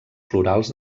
florals